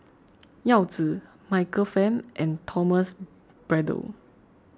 Yao Zi Michael Fam and Thomas Braddell